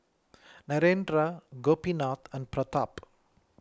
Narendra Gopinath and Pratap